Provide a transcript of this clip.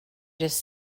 just